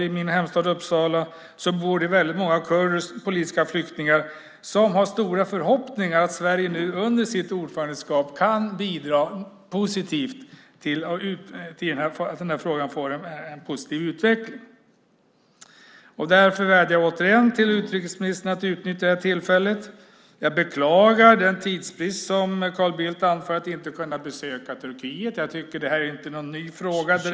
I min hemstad Uppsala bor det många kurdiska politiska flyktingar som har stora förhoppningar att Sverige under sitt ordförandeskap kan bidra till att denna fråga får en positiv utveckling. Jag vädjar därför återigen till utrikesministern att utnyttja detta tillfälle. Jag beklagar den tidsbrist som Carl Bildt anför för att inte kunna besöka sydöstra Turkiet. Detta är inte direkt någon ny fråga.